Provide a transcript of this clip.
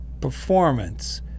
performance